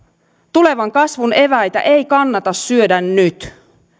tulevan kasvun eväitä ei kannata syödä nyt